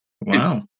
Wow